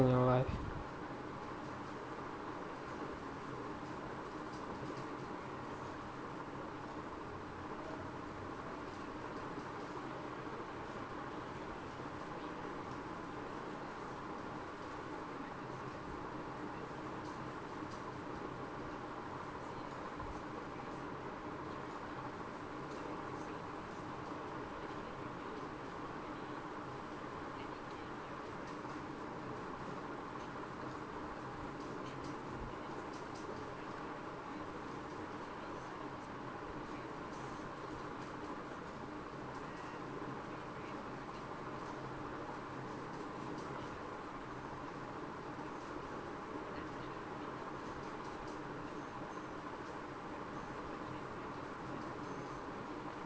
in your life